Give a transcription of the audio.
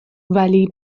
ولی